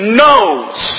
knows